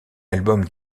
album